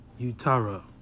utara